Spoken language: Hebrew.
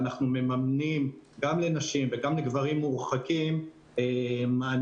אנחנו מממנים גם לנשים ולגם לגברים מורחקים מענה